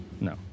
No